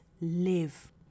Live